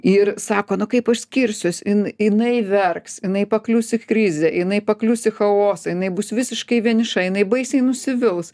ir sako nu kaip aš skirsiuos in jinai verks jinai pakliūsi į krizę jinai paklius į chaosą jinai bus visiškai vieniša jinai baisiai nusivils